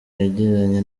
yagiranye